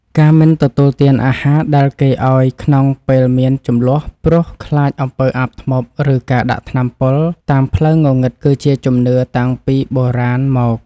ការមិនទទួលទានអាហារដែលគេឱ្យក្នុងពេលមានជម្លោះព្រោះខ្លាចអំពើអាបធ្មប់ឬការដាក់ថ្នាំពុលតាមផ្លូវងងឹតគឺជាជំនឿតាំងពីបុរាណមក។